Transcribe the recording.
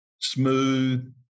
smooth